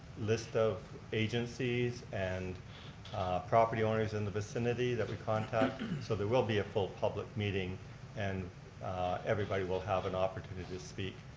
list of agencies and property owners in the vicinity that we contact. so there will be a full public meeting and everybody will have an opportunity to speak